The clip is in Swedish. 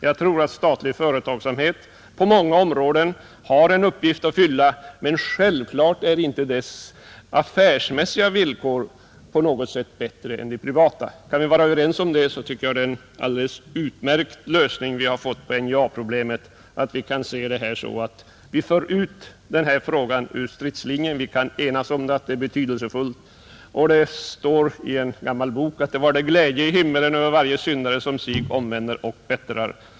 Jag tror att statlig företagsamhet på många områden har en uppgift att fylla, men självklart är dess affärsmässiga villkor inte på något sätt bättre än den privata företagsamhetens. Kan vi vara överens om detta tycker jag att vi har fått en utmärkt lösning på NJA-problemet. Då kan vi föra ut denna fråga ur stridslinjen. Det står i en gammal bok att det blir glädje i himlen över varje syndare som sig omvänder och bättrar.